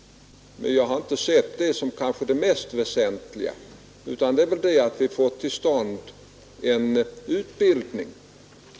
Jag har inte sett det som det mest väsentliga, utan det är att få till stånd en utbildning.